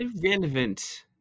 Irrelevant